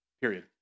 Period